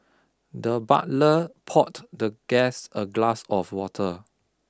the butler pot the guest a glass of water